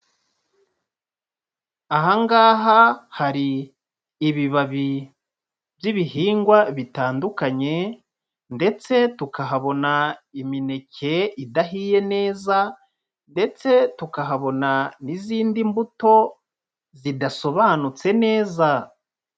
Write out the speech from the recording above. Aha ngaha hari ibibabi by'ibihingwa bitandukanye ndetse tukahabona imineke idahiye neza ndetse tukahabona n'izindi mbuto zidasobanutse neza.